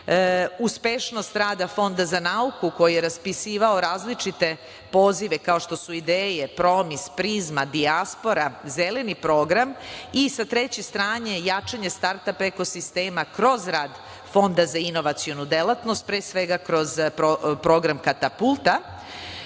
uspešnost rada Fonda za nauku koji je raspisivao različite pozive, kao što su Ideja, Promis, Prizma, Dijaspora, Zeleni program i sa treće strane jačanje startap ekosistema kroz rad Fonda za inovacionu delatnost, pre svega kroz program Katapulta. Neophodno